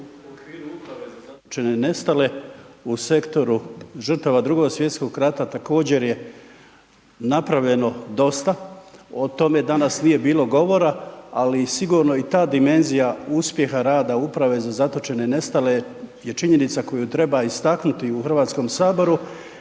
nije uključen./... nestale u sektoru žrtava II. Svj. rata, također je napravljeno dosta. O tome danas nije bilo govora, ali sigurno i ta dimenzija uspjeha rada Uprave za zatočene i nestale je činjenica koju treba istaknuti u HS-u